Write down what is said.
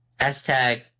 Hashtag